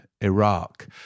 Iraq